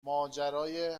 ماجرای